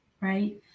right